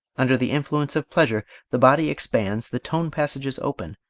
under the influence of pleasure the body expands, the tone passages open,